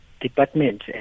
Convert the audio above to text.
department